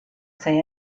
say